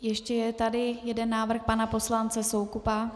Ještě je tady jeden návrh pana poslance Soukupa.